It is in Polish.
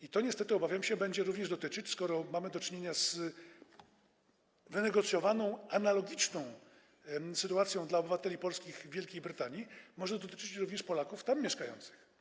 I to niestety, obawiam się, będzie również dotyczyć, skoro mamy do czynienia z wynegocjowaną, analogiczną sytuacją obywateli polskich Wielkiej Brytanii, może to dotyczyć również Polaków tam mieszkających.